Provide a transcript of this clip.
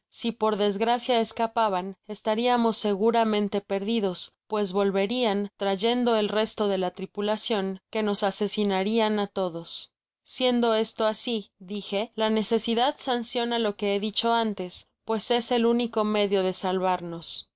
si por desgracia escapaban estariamos seguramente perdidos pues volverian trayendo el resto de la tripulacion que nos asesinarian á todos siendo esto asi dije la necesidad sanciona io que he dicho antes porque es el único medio de salvarnos